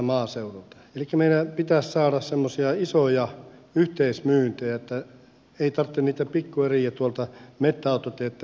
elikkä meidän pitäisi saada semmoisia isoja yhteismyyntejä että ei tarvitse niitä pikkueriä tuolta metsäautoteitten varrelta kerätä